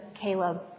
Caleb